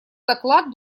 доклад